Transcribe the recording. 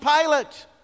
Pilate